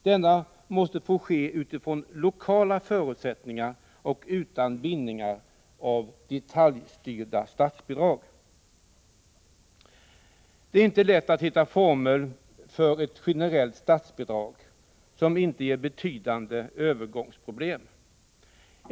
Denna måste ske utifrån lokala förutsättningar och utan bindningar genom detaljstyrda statsbidrag. Det är inte lätt att hitta former för ett generellt statsbidrag som inte ger betydande övergångsproblem.